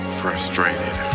frustrated